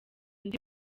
undi